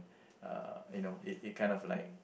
uh you know it it kind of like